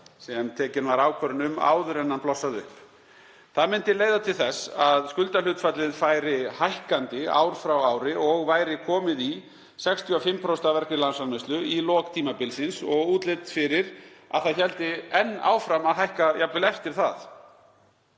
sem tekin var ákvörðun um áður en hann blossaði upp. Það myndi leiða til þess að skuldahlutfallið færi hækkandi ár frá ári og væri komið í 65% af vergri landsframleiðslu í lok tímabilsins og útlit fyrir að það héldi áfram að hækka jafnvel eftir það.